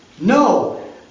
No